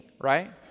right